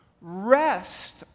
rest